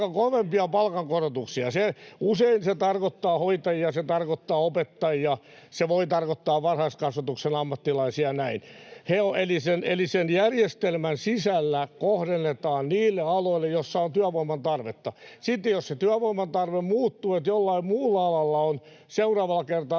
kovempia palkankorotuksia. Usein se tarkoittaa hoitajia, se tarkoittaa opettajia, se voi tarkoittaa varhaiskasvatuksen ammattilaisia ja näin. Eli sen järjestelmän sisällä kohdennetaan niille aloille, joilla on työvoiman tarvetta. Sitten jos se työvoiman tarve muuttuu, että jollain muulla alalla on seuraavalla kertaa